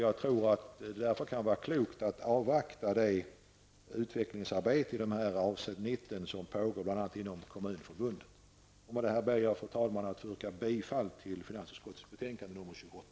Jag tror att det därför kan vara klokt att avvakta det utvecklingsarbete som pågår i detta avseende bl.a. Fru talman! Med detta ber jag att få yrka bifall till hemställan i finansutskottets betänkande nr 28.